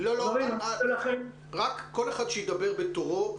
--- כל אחד שידבר בתורו.